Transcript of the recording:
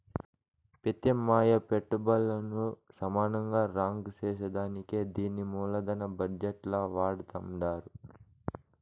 పెత్యామ్నాయ పెట్టుబల్లను సమానంగా రాంక్ సేసేదానికే దీన్ని మూలదన బజెట్ ల వాడతండారు